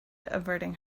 averting